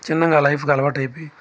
చిన్నగా ఆ లైఫ్కి అలవాటు అయిపోయి